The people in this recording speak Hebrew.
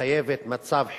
שמחייבת מצב חירום.